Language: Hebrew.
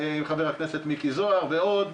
עם חבר הכנסת מיקי זוהר ועוד,